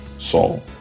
saul